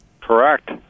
Correct